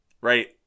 right